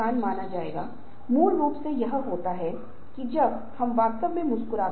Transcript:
आप देखेंगे कि परिवर्तन प्रबंधन मॉडल के लिए अलग अलग चरण दिए गए हैं